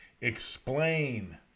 explain